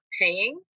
paying